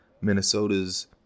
Minnesota's